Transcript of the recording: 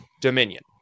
dominion